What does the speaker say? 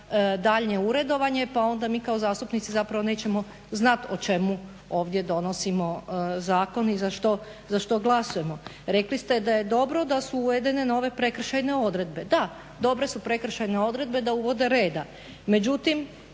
daljnje uredovanje pa onda mi kao zastupnici zapravo nećemo znati o čemu ovdje donosimo zakon i za što glasujemo. Rekli ste da je dobro da su uvedene nove prekršajne odredbe. Da, dobre su prekršajne odredbe da uvode reda.